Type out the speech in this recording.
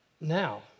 now